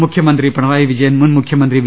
മുഖ്യമന്ത്രി പിണറായി വിജയൻ മുൻ മുഖ്യമന്ത്രി വി